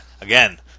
again